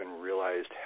realized